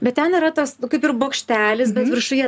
bet ten yra tas kaip ir bokštelis bet viršuje